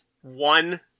one